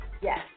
Yes